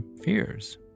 fears